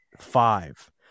five